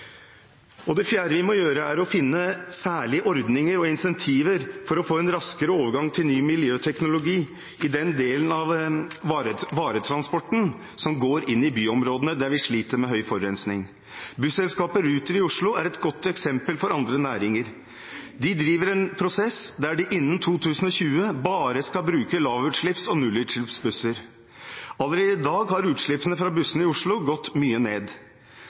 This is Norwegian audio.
Det fjerde vi må gjøre, er å finne særlige ordninger og incentiver for å få en raskere overgang til ny miljøteknologi i den delen av varetransporten som går i byområdene, der vi sliter med høy forurensing. Busselskapet Ruter i Oslo er et godt eksempel for andre næringer. De driver en prosess der de innen 2020 bare skal bruke lavutslipps- og nullutslippsbusser. Allerede i dag har utslippene fra bussene i Oslo gått mye ned.